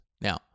Now